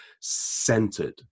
centered